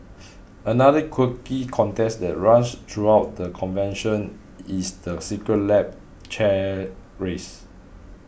another quirky contest that runs throughout the convention is the Secret Lab chair race